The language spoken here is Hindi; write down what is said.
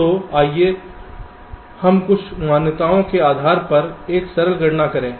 तो आइए हम कुछ मान्यताओं के आधार पर एक सरल गणना करें